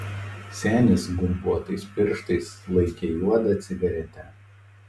senis gumbuotais pirštais laikė juodą cigaretę